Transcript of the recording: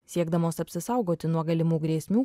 siekdamos apsisaugoti nuo galimų grėsmių